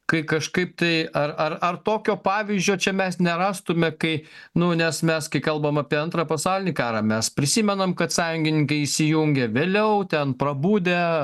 kai kažkaip tai ar ar tokio pavyzdžio čia mes nerastume kai nu nes mes kai kalbam apie antrą pasaulinį karą mes prisimenam kad sąjungininkai įsijungė vėliau ten prabudę